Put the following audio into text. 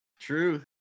True